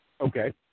Okay